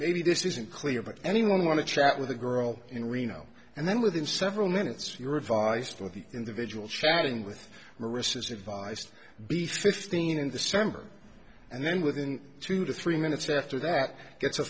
maybe this isn't clear but anyone want to chat with a girl in reno and then within several minutes your advice for the individual sharing with marissa's advice to be fifteen in the summer and then within two to three minutes after that gets a